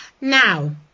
Now